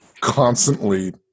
constantly